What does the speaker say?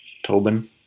Tobin